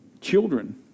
children